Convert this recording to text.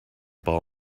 ball